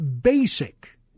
basic